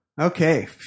Okay